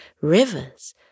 rivers